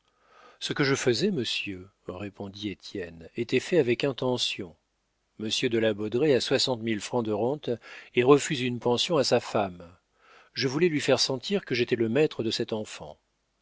ce que je faisais monsieur répondit étienne était fait avec intention monsieur de la baudraye a soixante mille francs de rentes et refuse une pension à sa femme je voulais lui faire sentir que j'étais le maître de cet enfant